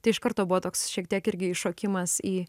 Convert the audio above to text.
tai iš karto buvo toks šiek tiek irgi įšokimas į